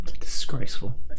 Disgraceful